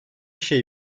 şey